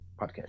podcast